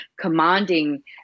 commanding